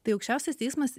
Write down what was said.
tai aukščiausias teismas